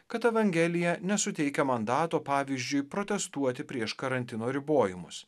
kad evangelija nesuteikia mandato pavyzdžiui protestuoti prieš karantino ribojimus